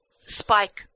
spike